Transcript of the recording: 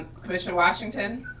commissioner washington?